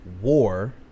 war